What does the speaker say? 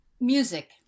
Music